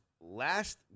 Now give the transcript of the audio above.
last